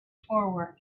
forward